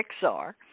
Pixar